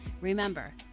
Remember